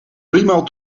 driemaal